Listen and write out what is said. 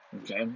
Okay